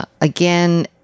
again